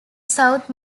south